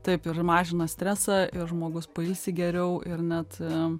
taip ir mažina stresą ir žmogus pailsi geriau ir net